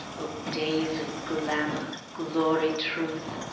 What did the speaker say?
o days of glamor, glory, truth,